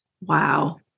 Wow